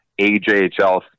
AJHL